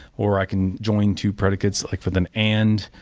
or i can join two predicates like with an and,